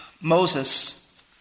Moses